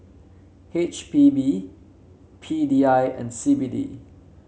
H P B P D I and C B D